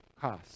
cost